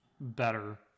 better